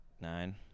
nine